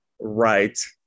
right